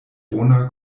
bona